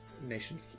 nation